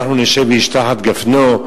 אנחנו נשב איש תחת גפנו.